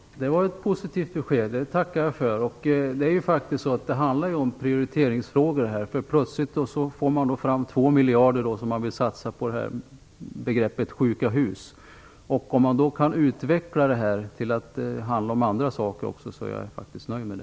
Herr talman! Det var ett positivt besked, det tackar jag för. Det handlar faktiskt om prioritering. Plötsligt får man fram 2 miljarder som man vill satsa på sjuka hus. Om man kan utvidga det till att omfatta också andra saker är jag nöjd.